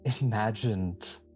imagined